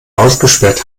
ausgesperrt